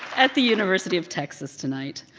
at the university of texas tonight.